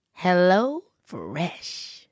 HelloFresh